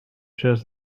shows